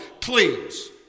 Please